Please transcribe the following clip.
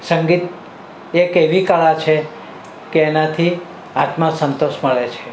સંગીત એક એવી કળા છે કે એનાથી આત્મસંતોષ મળે છે